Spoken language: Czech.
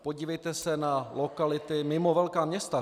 Podívejte se na lokality mimo velká města.